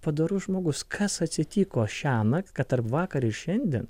padorus žmogus kas atsitiko šiąnakt kad tarp vakar ir šiandien